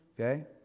Okay